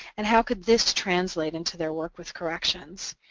and how could this translate into their work with corrections?